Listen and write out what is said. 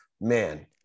man